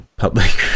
public